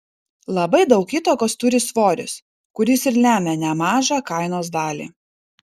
labai daug įtakos turi svoris kuris ir lemia nemažą kainos dalį